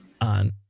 on